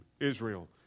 Israel